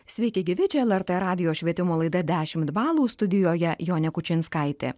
sveiki gyvi čia lrt radijo švietimo laida dešimt balų studijoje jonė kučinskaitė